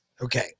Okay